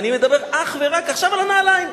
אני מדבר אך ורק עכשיו על הנעליים.